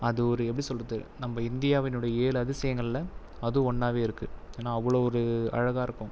அது ஒரு எப்படி சொல்கிறது நம்ம இந்தியாவினுடைய ஏழு அதிஷயங்களில் அதுவும் ஒன்னாவே இருக்குது ஏன்னா அவளோ ஒரு அழகாக இருக்கும்